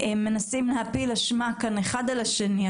להפיל אשמה אחד על השני.